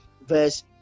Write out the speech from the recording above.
verse